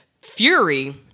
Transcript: fury